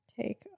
take